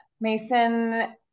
Mason